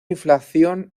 inflación